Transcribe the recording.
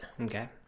okay